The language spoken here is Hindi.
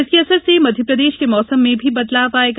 इसका असर से मध्यप्रदेश के मौसम में भी बदलाव आयेगा